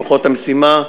כוחות המשימה,